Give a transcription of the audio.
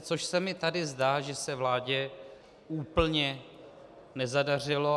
Což se mi tady zdá, že se vládě úplně nezadařilo.